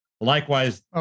Likewise